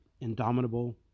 indomitable